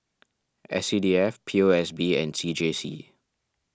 S C D F P O S B and C J C